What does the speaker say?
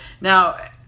now